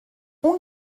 اون